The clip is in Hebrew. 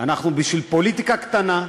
בשביל פוליטיקה קטנה,